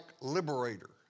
liberator